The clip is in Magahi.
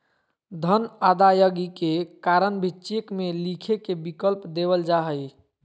धन अदायगी के कारण भी चेक में लिखे के विकल्प देवल जा हइ